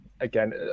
Again